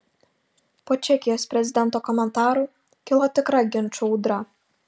po čekijos prezidento komentarų kilo tikra ginčų audra